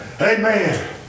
Amen